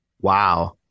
Wow